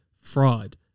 fraud